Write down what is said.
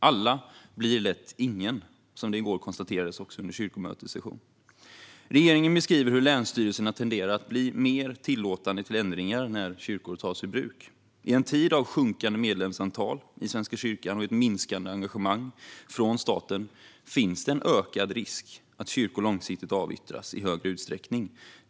Alla blir lätt ingen, som det i går konstaterades under kyrkomötets session. Regeringen beskriver hur länsstyrelserna tenderar att bli mer tillåtande till ändringar när kyrkor tas ur bruk. I en tid av sjunkande medlemsantal i Svenska kyrkan och ett minskande engagemang från staten finns det en risk för att kyrkor långsiktigt avyttras i större utsträckning.